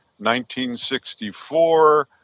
1964